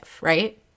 right